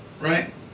Right